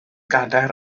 gadair